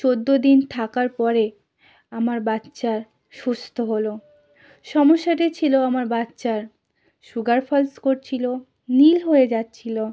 চৌদ্দ দিন থাকার পরে আমার বাচ্চা সুস্থ হলো সমস্যাটি ছিল আমার বাচ্চার সুগার ফলস করছিল নীল হয়ে যাচ্ছিল